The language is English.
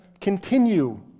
continue